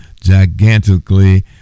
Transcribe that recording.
gigantically